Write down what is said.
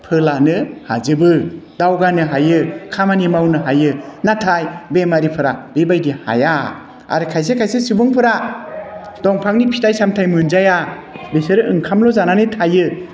फोलानो हाजोबो दावगानो हायो खामानि मावनो हायो नाथाय बेमारिफोरा बेबायदि हाया आरो खायसे खायसे सुबुंफोरा दंफांनि फिथाइ सामथाय मोनजाया बिसोरो ओंखामल' जानानै थायो